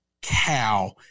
cow